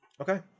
Okay